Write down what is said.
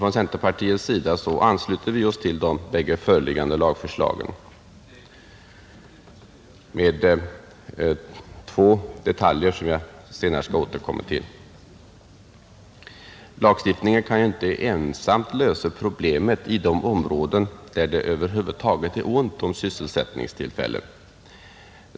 Från centerpartiets sida ansluter vi oss till de bägge föreliggande lagförslagen med undantag för två detaljer, som jag skall återkomma till. Lagstiftning kan inte ensam lösa problemen i de områden där det över huvud taget är ont om sysselsättningstillfällen.